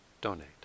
donate